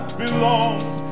belongs